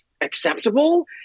acceptable